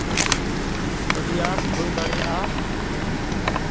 ᱟᱹᱰᱤ ᱟᱸᱴ ᱦᱩᱭ ᱫᱟᱲᱮᱭᱟᱜᱼᱟ